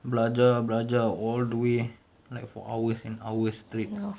belajar belajar all the way like for hours and hours straight